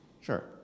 Sure